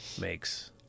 makes